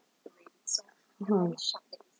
(uh huh)